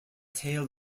tail